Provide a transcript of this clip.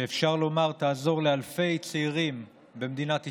שאפשר לומר שתעזור לאלפי צעירים במדינת ישראל,